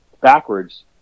backwards